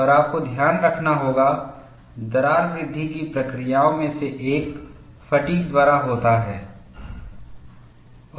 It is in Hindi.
और आपको ध्यान रखना होगा दरार वृद्धि की प्रक्रियाओं में से एक फ़ैटिग्द्वारा होता है